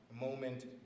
moment